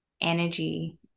energy